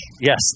Yes